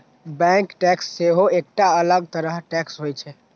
bank tax सेहो एकटा अलग तरह टैक्स होइ छै